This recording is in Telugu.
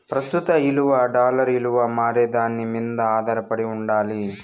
ప్రస్తుత ఇలువ డాలర్ ఇలువ మారేదాని మింద ఆదారపడి ఉండాలి